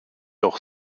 auch